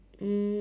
um